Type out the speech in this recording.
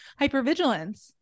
hypervigilance